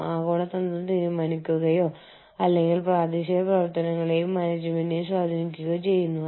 നിങ്ങൾ ഒരു ആശയത്തോടെ ഒരു സ്ഥാപനം ആരംഭിക്കുക അല്ലെങ്കിൽ ലോകമെമ്പാടുമുള്ള നിരവധി രാജ്യങ്ങളിൽ ഒരേസമയം ഒരു സ്ഥാപനം ആരംഭിക്കുക